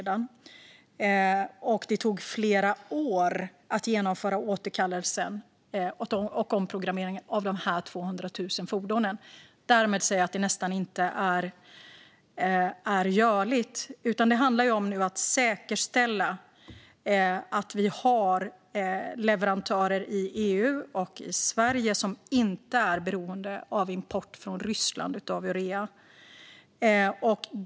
Det tog flera år att genomföra återkallelsen och omprogrammeringen av dessa 200 000 fordon. Därmed säger jag att det nästan inte är görligt. Det handlar nu om att säkerställa att vi har leverantörer i EU och i Sverige som inte är beroende av import av urea från Ryssland.